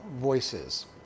voices